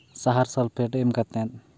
ᱥᱟᱦᱟᱨ ᱥᱟᱞᱯᱷᱮᱴ ᱮᱢ ᱠᱟᱛᱮᱫ